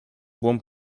buon